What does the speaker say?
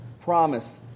promise